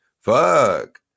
fuck